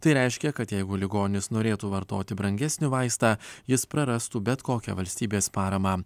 tai reiškia kad jeigu ligonis norėtų vartoti brangesnį vaistą jis prarastų bet kokią valstybės paramą